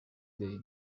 day